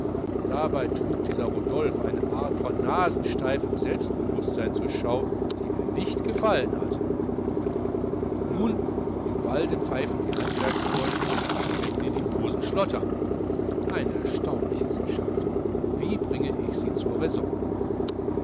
dabei trug dieser rodolphe eine art von nasensteifem selbstbewußtsein zur schau die mir nicht gefallen hat nun im walde pfeifen die handwerksburschen wenn ihnen die hosen schlottern eine erstaunliche sippschaft wie bring ich sie zur raison